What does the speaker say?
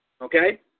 Okay